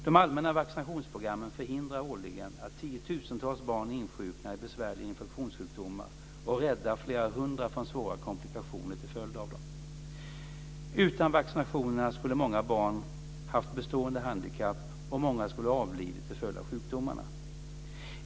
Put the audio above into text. De allmänna vaccinationsprogrammen förhindrar årligen att tiotusentals barn insjuknar i besvärliga infektionssjukdomar och räddar flera hundra från svåra komplikationer till följd av dem. Utan vaccinationerna skulle många barn haft bestående handikapp och många skulle ha avlidit till följd av sjukdomarna.